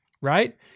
right